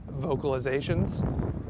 vocalizations